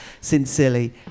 sincerely